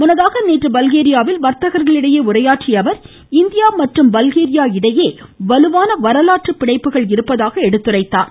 முன்னதாக நேற்று பல்கேரியாவில் வர்த்தகர்களிடையே உரையாற்றிய அவர் இந்தியா மற்றும் பல்கேரியா இடையில் வலுவான வரலாற்று பிணைப்புகள் இருப்பதாக எடுத்துரைத்தார்